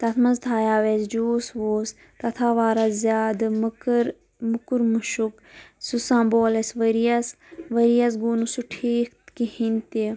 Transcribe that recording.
تتھ منٛز تھایاو اسہِ جیٛوٗس ووٗس تتھ آو واریاہ زیادٕ مکٕر مُکُر مُشک سُہ سمبھول اسہِ ؤرۍ یس ؤرۍ یس گوٚو نہٕ سُہ ٹھیٖک کِہیٖنۍ تہِ